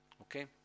Okay